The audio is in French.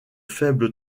faible